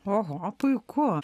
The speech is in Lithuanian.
oho puiku